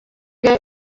bwe